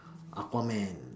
aqua man